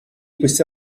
questi